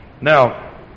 Now